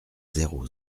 zéro